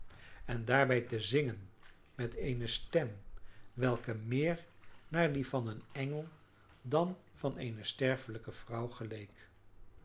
en daarbij te zingen met eene stem welke meer naar die van een engel dan van eene sterfelijke vrouw geleek